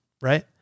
right